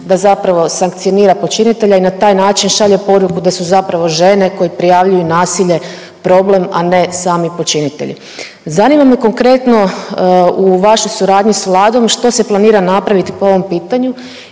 da zapravo sankcionira počinitelja i na taj način šalje poruku da su zapravo žene koje prijavljuju nasilje problem, a ne sami počinitelji. Zanima me konkretno u vašoj suradnji sa Vladom što se planira napraviti po ovom pitanju